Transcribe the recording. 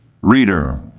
Reader